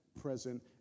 present